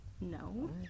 No